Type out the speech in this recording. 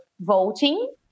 voting